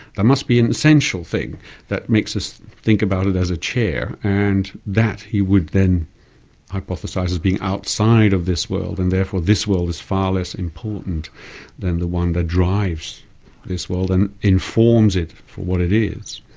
must be an essential thing that makes us think about it as a chair, and that he would then hypothesize as being outside of this world, and therefore this world is far less important than the one that drives this world, and informs it for what it is.